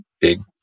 big